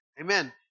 Amen